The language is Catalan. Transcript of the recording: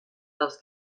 dels